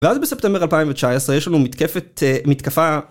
ואז בספטמר 2019 יש לנו מתקפת, מתקפה.